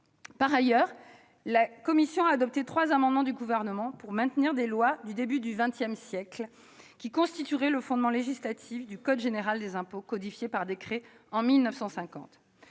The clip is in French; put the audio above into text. Par ailleurs, la commission a adopté trois amendements du Gouvernement pour maintenir des lois du début du XX siècle qui constitueraient le fondement législatif du code général des impôts, codifié par décret en 1950.